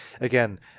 again